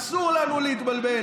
אסור לנו להתבלבל,